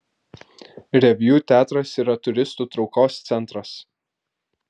reviu teatras yra turistų traukos centras